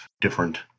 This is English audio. different